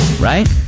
Right